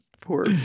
poor